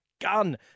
gun